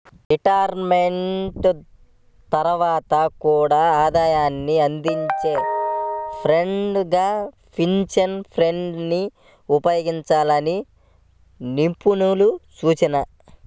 retirement తర్వాత కూడా ఆదాయాన్ని అందించే ఫండ్స్ గా పెన్షన్ ఫండ్స్ ని ఉపయోగించాలని నిపుణుల సూచన